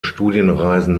studienreisen